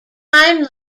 time